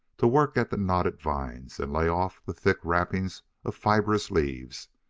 to work at the knotted vines and lay off the thick wrappings of fibrous leaves,